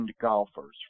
golfers